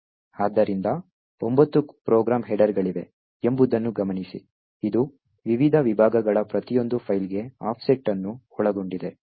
ಆದ್ದರಿಂದ 9 ಪ್ರೋಗ್ರಾಂ ಹೆಡರ್ಗಳಿವೆ ಎಂಬುದನ್ನು ಗಮನಿಸಿ ಇದು ವಿವಿಧ ವಿಭಾಗಗಳ ಪ್ರತಿಯೊಂದು ಫೈಲ್ಗೆ ಆಫ್ಸೆಟ್ ಅನ್ನು ಒಳಗೊಂಡಿದೆ